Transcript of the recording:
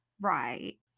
Right